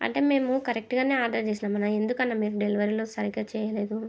అంటే మేము కరెక్ట్గానే ఆర్డర్ చేశామన్నా ఎందుకన్నా మీరు డెలివరీలో సరిగ్గా చెయ్యలేదు